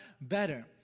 better